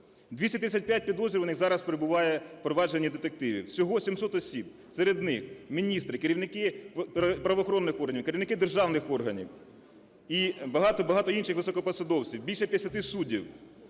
235 підозрюваних зараз перебуває у провадженні детективів, всього 700 осіб. Серед них міністри, керівники правоохоронних органів, керівники державних органів і багато-багато інших високопосадовців, більше 50 суддів.